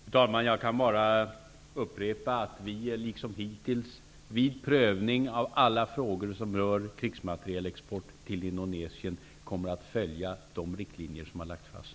Fru talman! Jag kan bara upprepa att regeringen liksom hittills vid prövning av alla frågor som rör krigsmaterielexport till Indonesien kommer att följa de riktlinjer som har lagts fast.